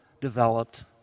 developed